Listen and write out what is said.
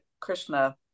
krishna